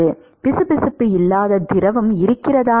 ஆனால் பிசுபிசுப்பு இல்லாத திரவம் இருக்கிறதா